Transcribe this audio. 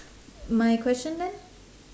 my question then